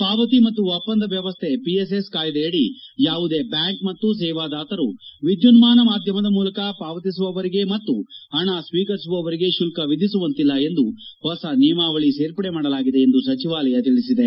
ಪಾವತಿ ಮತ್ತು ಒಪ್ಪಂದ ವ್ಲವಸ್ಥೆ ಪಿಎಸ್ಎಸ್ ಕಾಯ್ಲೆಯಡಿ ಯಾವುದೇ ಬ್ಲಾಂಕ್ ಮತ್ನು ಸೇವಾದಾತರು ವಿದ್ದುನ್ನಾನ ಮಾಧ್ವಮದ ಮೂಲಕ ಪಾವತಿಸುವವರಿಗೆ ಮತ್ನು ಹಣಿ ಸ್ತೀಕರಿಸುವವರಿಗೆ ಶುಲ್ಲ ವಿಧಿಸುವಂತಿಲ್ಲ ಎಂದು ಹೊಸ ನಿಯಮಾವಳ ಸೇರ್ಪಡೆ ಮಾಡಲಾಗಿದೆ ಎಂದು ಸಚಿವಾಲಯ ತಿಳಿಸಿದೆ